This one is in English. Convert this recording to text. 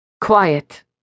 Quiet